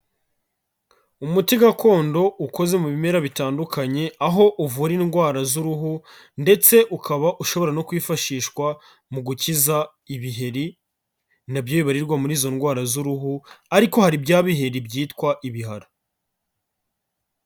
Umuti gakondo ukoze mu bimera bitandukanye, aho uvura indwara z'uruhu ndetse ukaba ushobora no kwifashishwa mu gukiza ibiheri na byo byibarirwa muri izo ndwara z'uruhu ariko hari bya biheri byitwa ibihara.